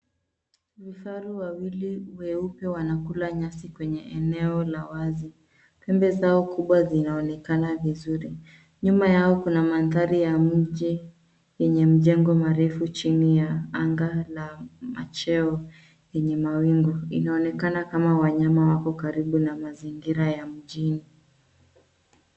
Vifaru wawili weupe wanakula nyasi kwenye eneo la wazi. Pembe zao kubwa zinaonekana vizuri. Nyuma yao kuna mandhari ya mji yenye mjengo marefu chini ya anga la macheo enye mawingu. Inaonekana kama wanyama wako karibu na mazingira ya mjini.